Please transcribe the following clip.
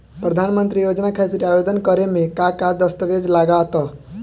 प्रधानमंत्री योजना खातिर आवेदन करे मे का का दस्तावेजऽ लगा ता?